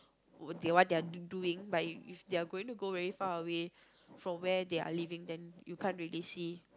wh~ what they're doing but if if they are going to go very far away from where they're living then you can't really see